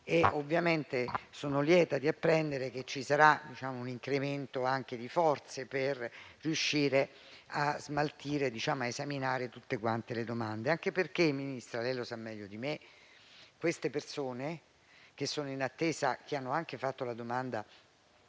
Ovviamente sono lieta di apprendere che ci sarà un incremento di forze per riuscire a smaltire e ad esaminare tutte le domande. Anche perché, signor Ministro, lei sa meglio di me che queste persone che sono in attesa e hanno anche fatto domanda